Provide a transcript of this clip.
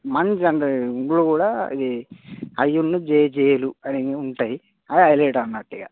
మన జనరేషన్ ఇప్పుడు కూడా ఇది ఇవిన్ను జేజేలు అనేవి ఉంటాయి అదే హైలెట్ అన్నట్టు ఇకా